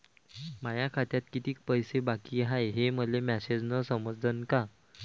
माया खात्यात कितीक पैसे बाकी हाय हे मले मॅसेजन समजनं का?